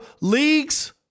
leagues